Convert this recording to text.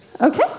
Okay